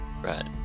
Right